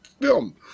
film